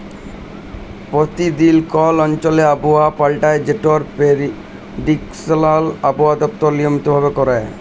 পরতিদিল কল অঞ্চলে আবহাওয়া পাল্টায় যেটর পেরডিকশল আবহাওয়া দপ্তর লিয়মিত ভাবে ক্যরে